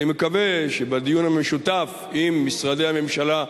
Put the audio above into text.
אני מקווה שבדיון המשותף עם משרדי הממשלה,